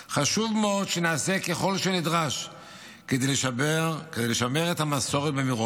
חשוב מאוד שנעשה כל שנדרש כדי לשמר את המסורת במירון,